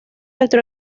dentro